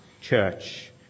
church